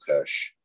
Kush